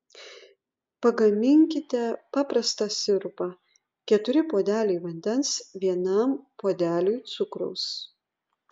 pagaminkite paprastą sirupą keturi puodeliai vandens vienam puodeliui cukraus